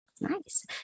Nice